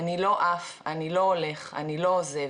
אני לא עף, אני לא הולך, אני לא עוזב.